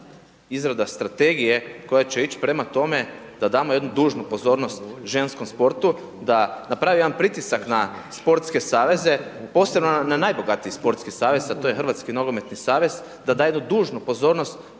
izrada strategije koja će ići prema tome da damo jednu dužnu pozornost ženskom sportu, da napravi jedan pritisak na sportske saveze, posebno na najbogatiji sportski savez, a to je Hrvatski nogometni savez, da da jednu dužnu pozornost